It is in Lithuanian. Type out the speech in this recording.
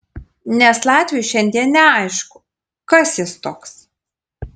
nes latviui šiandien neaišku kas jis toks